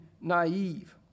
naive